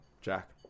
Jack